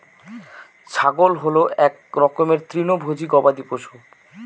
ছাগল হল এক রকমের তৃণভোজী গবাদি পশু